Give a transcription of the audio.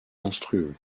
monstrueux